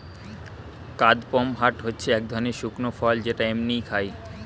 কাদপমহাট হচ্ছে এক ধরণের শুকনো ফল যেটা এমনিই খায়